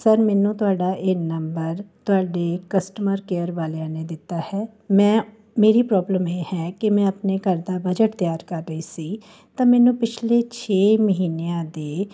sir ਮੈਨੂੰ ਤੁਹਾਡਾ ਇਹ ਨੰਬਰ ਤੁਹਾਡੇ ਕਸਟਮਰ ਕੇਅਰ ਵਾਲਿਆਂ ਨੇ ਦਿੱਤਾ ਹੈ ਮੈਂ ਮੇਰੀ ਪ੍ਰੋਬਲਮ ਇਹ ਹੈ ਕਿ ਮੈਂ ਆਪਣੇ ਘਰ ਦਾ ਬਜਟ ਤਿਆਰ ਕਰ ਰਹੀ ਸੀ ਤਾਂ ਮੈਨੂੰ ਪਿਛਲੇ ਛੇ ਮਹੀਨਿਆਂ ਦੇ